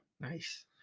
Nice